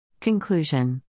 Conclusion